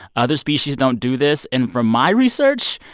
other species don't do this. and from my research,